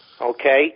Okay